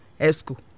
ESCO